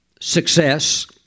Success